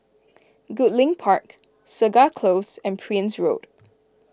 Goodlink Park Segar Close and Prince Road